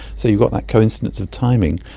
so you've got that coincidence of timing,